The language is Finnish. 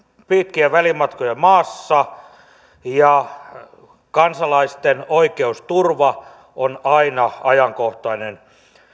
pitkien välimatkojen maassa ja kansalaisten oikeusturva on aina ajankohtainen